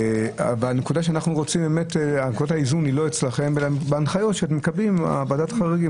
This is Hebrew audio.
נקודת האיזון היא לא אצלכם אלא בהנחיות שאתם מקבלים לוועדת החריגים,